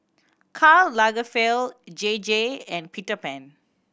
Karl Lagerfeld J J and Peter Pan